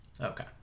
okay